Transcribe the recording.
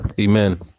Amen